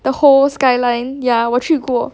the whole skyline ya 我去过